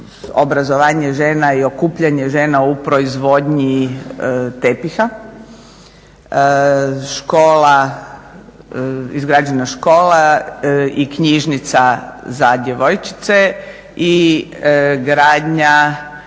obrazovanje žena i okupljanje žena u proizvodnji tepiha, izgrađena škola i knjižnica za djevojčice i gradnja